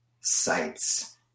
sites